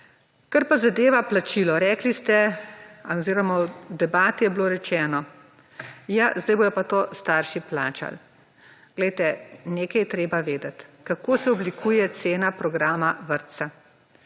Kar pa zadeva plačilo, rekli ste oziroma v debati je bilo rečeno, ja, zdaj bodo pa to starši plačali. Glejte, nekaj je treba vedeti – kako se oblikuje cena programa vrtca.